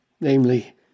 namely